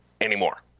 anymore